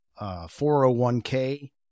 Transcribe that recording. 401k